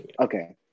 okay